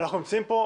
אנחנו נמצאים פה,